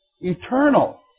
Eternal